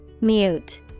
Mute